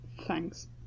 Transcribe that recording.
Thanks